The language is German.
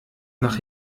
nach